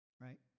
right